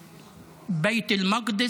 ב-67',